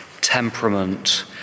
temperament